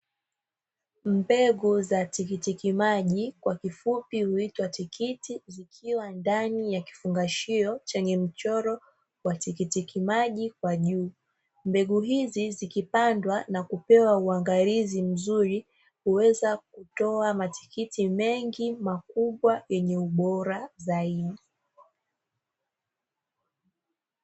Mbegu za tikiti maji kwa ufupi huitwa tikiti, zikiwa ndani ya kifungashio chenye mchoro wa tikiti maji kwa juu, mbegu hizi zikipandwa na kupewa uangalizi mzuri huweza kutoa matikiti mengi makubwa yenye ubora zaidi.